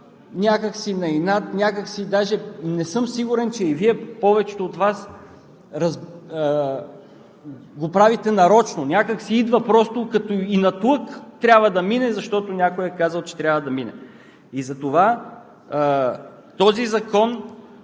някак си на инат! Не съм сигурен, че и Вие – повечето от Вас – го правите нарочно, идва просто като инатлък – трябва да мине, защото някой е казал, че трябва да мине. Затова този Закон